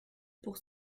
pour